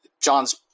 John's